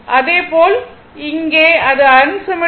அதே போல் இங்கே இது அன்சிம்மெட்ரிக்கல்